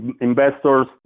investors